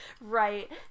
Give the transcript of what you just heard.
Right